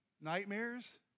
nightmares